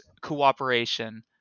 cooperation